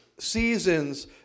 seasons